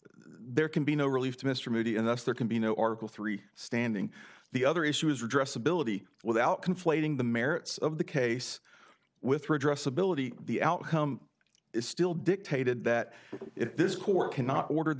there can be no relief to mr moody and thus there can be no article three standing the other issue is redress ability without conflating the merits of the case with redress ability the outcome is still dictated that this court cannot order the